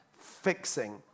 fixing